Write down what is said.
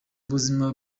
buzima